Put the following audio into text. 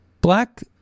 black